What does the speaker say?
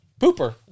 Pooper